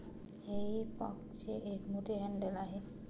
हेई फॉकचे एक मोठे हँडल आहे